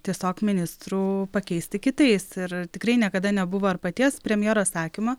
tiesiog ministrų pakeisti kitais ir tikrai niekada nebuvo ir paties premjero sakymo